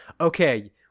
okay